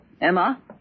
Emma